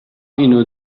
اینو